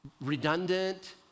redundant